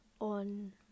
on